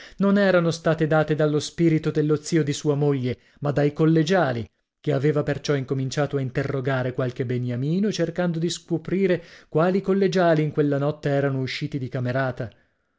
non erano state date dallo spirito dello zio di sua moglie ma dai collegiali che aveva perciò incominciato a interrogare qualche beniamino cercando di scuoprire quali collegiali in quella notte erano usciti di camerata